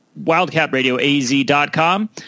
wildcatradioaz.com